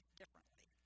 differently